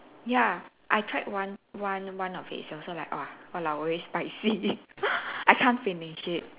ya I tried one one one of it it's also like oh !walao! very spicy I can't finish it